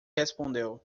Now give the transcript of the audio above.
respondeu